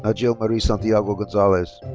nadjel marie santiago gonzalez.